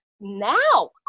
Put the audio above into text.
now